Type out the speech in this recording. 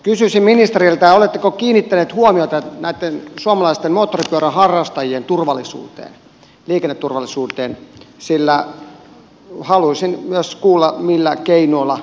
kysyisin ministeriltä oletteko kiinnittänyt huomiota näitten suomalaisten moottoripyöräharrastajien liikenneturvallisuuteen sillä haluaisin myös kuulla millä keinoilla sitä parannetaan